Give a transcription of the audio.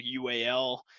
UAL